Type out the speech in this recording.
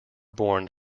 born